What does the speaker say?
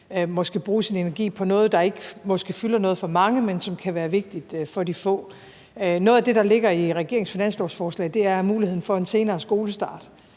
skal bruge sin energi på noget, der måske ikke fylder noget for mange, men som kan være vigtigt for de få. Noget af det, der ligger i regeringens finanslovsforslag, er muligheden for en senere skolestart.